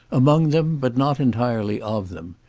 among them, but not entirely of them.